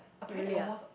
really ah